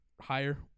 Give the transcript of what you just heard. higher